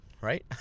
right